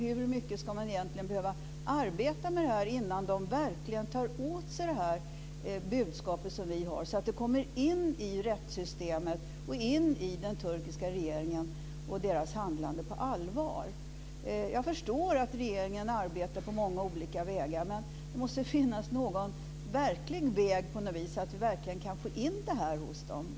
Hur mycket ska man egentligen behöva arbeta med detta innan Turkiet verkligen tar åt sig det budskap vi har så att det kommer in i rättssystemet och in i den turkiska regeringen och dess handlande på allvar? Jag förstår att regeringen arbetar på många olika vägar, men det måste finnas någon verklig väg så att vi kan få in detta i Turkiet.